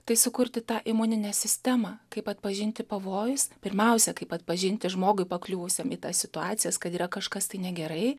tai sukurti tą imuninę sistemą kaip atpažinti pavojus pirmiausia kaip atpažinti žmogui pakliuvusiam į tas situacijas kad yra kažkas tai negerai